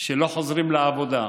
שלא חוזרים לעבודה,